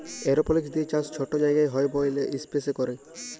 এরওপলিক্স দিঁয়ে চাষ ছট জায়গায় হ্যয় ব্যইলে ইস্পেসে ক্যরে